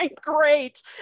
great